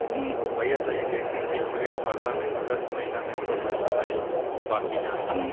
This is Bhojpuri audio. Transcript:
भईया तनि देखती की हमरे खाता मे अगस्त महीना में क पैसा आईल बा की ना?